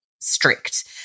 strict